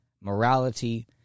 morality